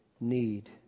need